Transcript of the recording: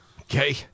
okay